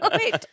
Wait